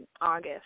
August